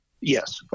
Yes